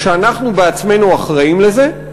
כשאנחנו בעצמנו אחראים לזה,